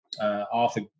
Arthur